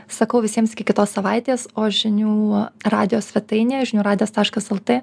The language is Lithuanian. sakau visiems iki kitos savaitės o žinių radijo svetainėje žinių radijas taškas el t